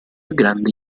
grande